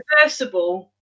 reversible